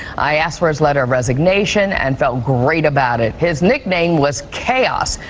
i asked for his letter of resignation and felt great about it. his nickname was chaos,